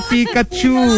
Pikachu